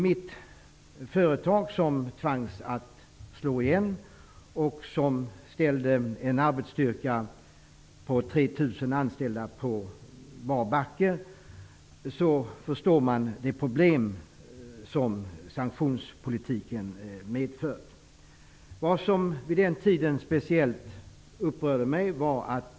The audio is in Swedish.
Mitt företag tvangs att slå igen, vilket ställde en arbetsstyrka på 3 000 anställda på bar backe. Då förstår man de problem som sanktionspolitiken medfört. Vad som vid den tiden speciellt upprörde mig var följande.